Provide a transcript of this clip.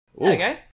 Okay